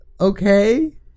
Okay